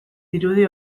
dirudi